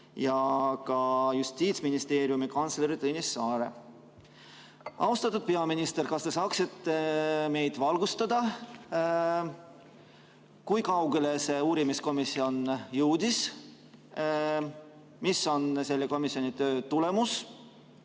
ja Justiitsministeeriumi kantsleri Tõnis Saare. Austatud peaminister, kas te saaksite meid valgustada, kui kaugele see uurimiskomisjon jõudis, mis on selle komisjoni töö tulemus